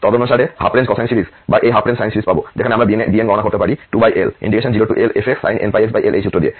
তদনুসারে আমরা half range cosine series বা এই হাফ রেঞ্জ সাইন সিরিজ পাব যেখানে আমরা bn গণনা করতে পারি 2L0Lfxsin nπxL এই সূত্র দিয়ে